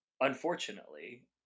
Unfortunately